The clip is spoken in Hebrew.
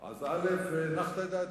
אז הנחת את דעתי.